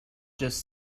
just